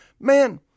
Man